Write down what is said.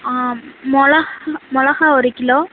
மிளகா மிளகா ஒரு கிலோ